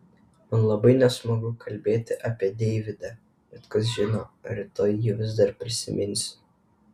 man labai nesmagu kalbėti apie deividą bet kas žino ar rytoj jį vis dar prisiminsiu